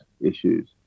issues